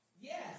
Yes